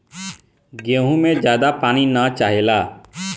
गेंहू में ज्यादा पानी ना चाहेला